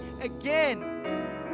again